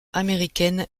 américaines